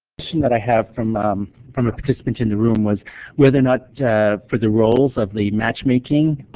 and that i have from from a participant in the room was whether or not for the roles of the matchmaking,